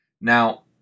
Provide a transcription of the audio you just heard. Now